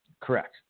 Correct